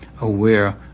aware